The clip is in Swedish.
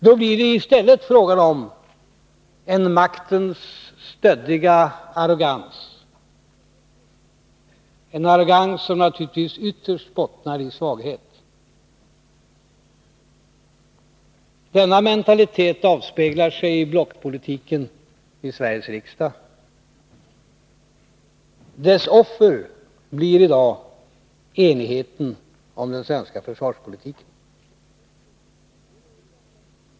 Då blir det i stället fråga om en maktens stöddiga arrogans, en arrogans som naturligtvis ytterst bottnar i svaghet. Denna mentalitet avspeglar sig i blockpolitiken i Sveriges riksdag. Dess offer blir i dag enigheten om den svenska försvarspolitiken.